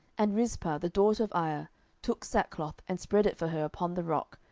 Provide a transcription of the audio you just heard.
and rizpah the daughter of aiah took sackcloth, and spread it for her upon the rock,